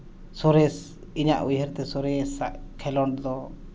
ᱥᱚᱨᱮᱥ ᱤᱧᱟᱹᱜ ᱩᱭᱦᱟᱹᱨᱛᱮ ᱥᱚᱨᱮᱥ ᱟᱜ ᱠᱷᱮᱞᱳᱰ ᱫᱚ